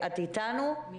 איריס,